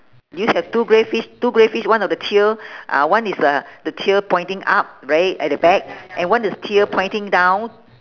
do you have two grey fish two grey fish one of the tail uh one is uh the tail pointing up right at the back and one is tail pointing down